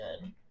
good